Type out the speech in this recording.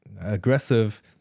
aggressive